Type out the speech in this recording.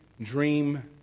dream